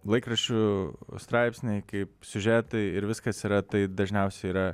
laikraščių straipsniai kaip siužetai ir viskas yra tai dažniausiai yra